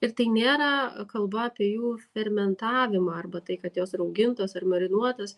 ir tai nėra kalba apie jų fermentavimą arba tai kad jos raugintos ar marinuotos